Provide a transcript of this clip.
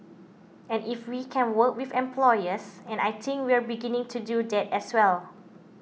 and if we can work with employers and I think we're beginning to do that as well